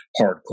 hardcore